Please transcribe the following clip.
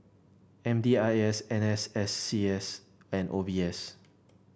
M D I S N S S C S and O B S